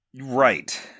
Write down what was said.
Right